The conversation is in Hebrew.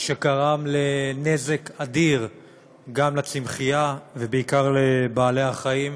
שגרם לנזק אדיר לצמחייה, ובעיקר לבעלי החיים.